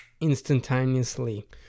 instantaneously